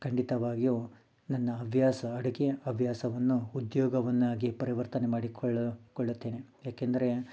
ಖಂಡಿತವಾಗಿಯೂ ನನ್ನ ಹವ್ಯಾಸ ಅಡುಗೆ ಹವ್ಯಾಸವನ್ನು ಉದ್ಯೋಗವನ್ನಾಗಿ ಪರಿವರ್ತನೆ ಮಾಡಿಕೊಳ್ಳು ಕೊಳ್ಳುತ್ತೇನೆ ಯಾಕಂದರೆ